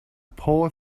poor